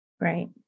Right